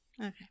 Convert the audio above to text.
Okay